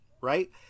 right